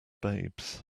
babes